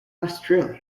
australia